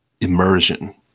immersion